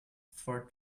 for